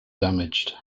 damaged